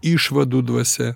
išvadų dvasia